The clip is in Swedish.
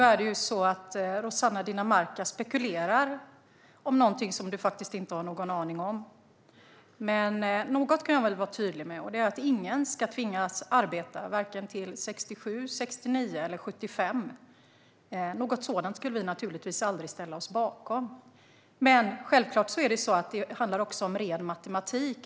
Fru talman! Rossana Dinamarca spekulerar om något som hon faktiskt inte har en aning om. Men något kan jag vara tydlig med: Ingen ska tvingas arbeta till vare sig 67, 69 eller 75 års ålder. Något sådant skulle vi naturligtvis aldrig ställa oss bakom. Men det handlar självklart också om ren matematik.